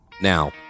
Now